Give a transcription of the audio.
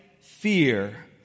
fear